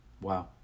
Wow